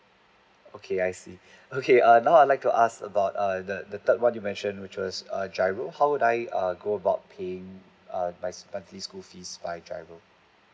okay I see okay err now I like to ask about err the the third one you mentioned which was GIRO how would I err go about paying err my monthly school fees by GIRO